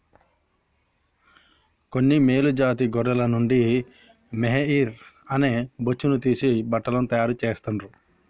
కొన్ని మేలు జాతి గొర్రెల నుండి మొహైయిర్ అనే బొచ్చును తీసి బట్టలను తాయారు చెస్తాండ్లు